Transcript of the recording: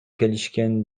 келишкен